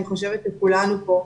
אני חושבת לכולנו פה,